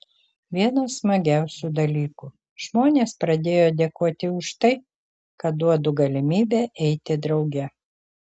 vienas smagiausių dalykų žmonės pradėjo dėkoti už tai kad duodu galimybę eiti drauge